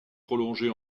prolongée